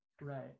Right